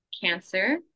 Cancer